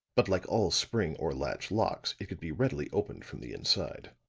but like all spring or latch locks, it could be readily opened from the inside.